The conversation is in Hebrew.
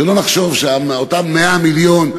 שלא נחשוב שאותם 100 מיליון,